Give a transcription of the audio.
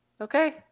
okay